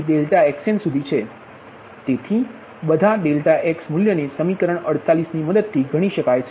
∆xnસુધી છે તેથી બધા∆xમૂલ્યને સમીકરણ 48 મદદથી ગણી શકાય છે